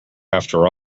after